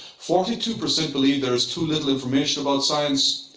forty two percent believe there is too little information about science.